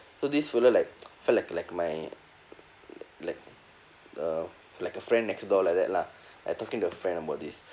so this fellow like felt like like my like uh like a friend next door like that lah like talking to a friend about this